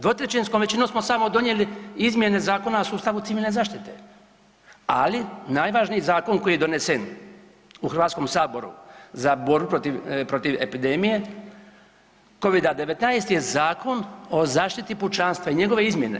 Dvotrećinskom većinom smo samo donijeli izmjene Zakona o sustavu Civilne zaštite, ali najvažniji zakon koji je donesen u Hrvatskom saboru za borbu protiv epidemije, covida-19 je Zakon o zaštiti pučanstva i njegove izmjene.